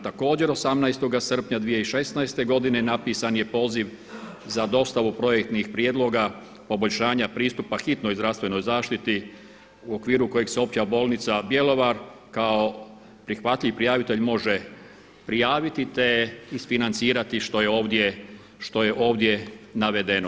Također, 18. srpnja 2016. godine napisan je poziv za dostavu projektnih prijedloga poboljšanja pristupa hitnoj zdravstvenoj zaštiti u okviru kojeg se Opća bolnica Bjelovar kao prihvatljiv prijavitelj može prijaviti, te isfinancirati što je ovdje navedeno.